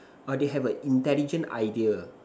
uh they have a intelligent idea